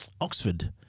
Oxford